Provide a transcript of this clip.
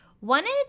wanted